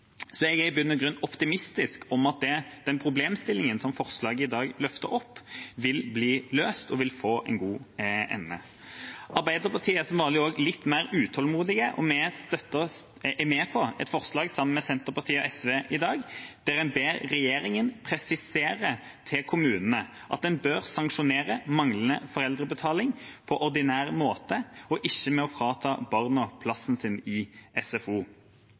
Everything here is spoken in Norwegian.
er i bunn og grunn optimistisk til at den problemstillingen som forslaget i dag løfter opp, vil bli løst og få en god ende. Arbeiderpartiet er som vanlig litt mer utålmodig, og vi er, sammen med Senterpartiet og SV, i dag med på et forslag der en ber regjeringen presisere overfor kommunene at en bør sanksjonere manglende foreldrebetaling på ordinær måte, ikke ved å frata barn plassen deres i SFO.